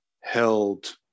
held